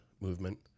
movement